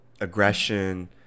aggression